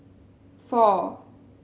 four